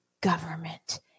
government